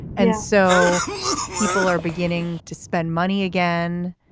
and so people are beginning to spend money again.